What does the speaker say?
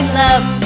love